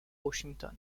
washington